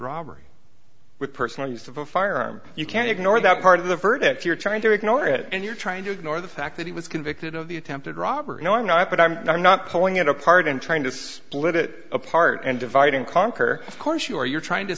robbery with personal use of a firearm you can ignore that part of the verdict you're trying to ignore it and you're trying to ignore the fact that he was convicted of the attempted robbery or not but i'm not pulling it apart and trying to split it apart and divide and conquer course your you're trying to